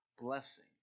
blessing